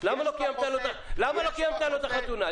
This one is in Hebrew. למה לא קיימת לו את החתונה?